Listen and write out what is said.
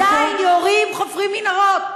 עדיין יורים, חופרים מנהרות.